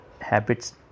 Habits